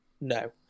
No